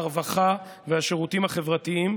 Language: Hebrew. הרווחה והשירותים החברתיים,